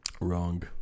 Wrong